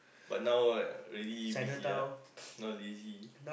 but now really busy ah now lazy